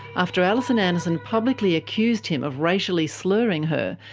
after alison anderson publicly accused him of racially slurring her,